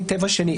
מעין טבע שני.